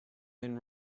then